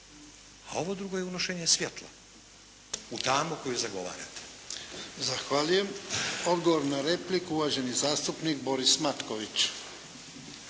A ovo drugo je unošenje svjetla u tamu koju zagovarate. **Jarnjak, Ivan (HDZ)** Zahvaljujem. Odgovor na repliku uvaženi zastupnik Boris Matković.